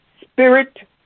spirit